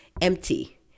empty